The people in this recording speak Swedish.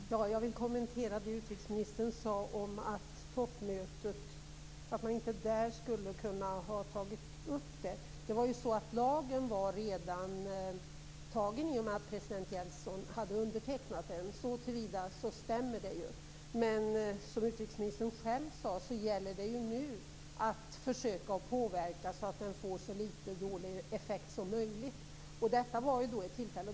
Herr talman! Jag vill kommentera det utrikesministern sade om att man vid toppmötet inte skulle ha kunnat ta upp frågan. Lagen var redan antagen i och med att president Jeltsin hade undertecknat det. Så till vida stämmer det. Som utrikesministern själv sade gäller det nu att försöka påverka så att den får litet dåliga effekter som möjligt. Detta var ett tillfälle.